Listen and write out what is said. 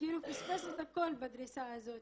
ופספס את הכל בדריסה הזאת.